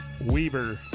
Weber